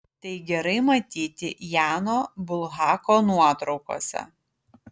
tai gerai matyti jano bulhako nuotraukose